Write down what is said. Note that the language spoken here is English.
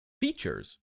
features